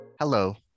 Hello